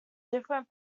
different